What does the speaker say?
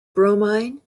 bromine